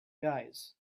guys